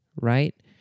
right